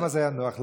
למה זה היה נוח?